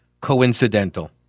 coincidental